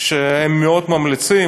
שהם מאוד ממליצים,